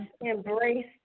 embrace